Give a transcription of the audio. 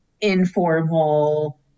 informal